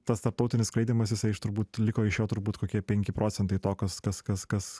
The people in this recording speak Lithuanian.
tas tarptautinis skraidymas jisai iš turbūt liko iš jo turbūt kokie penki procentai to kas kas kas kas